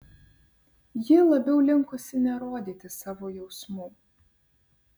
ji labiau linkusi nerodyti savo jausmų